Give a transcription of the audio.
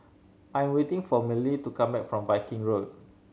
I'm waiting for Mellie to come back from Viking Road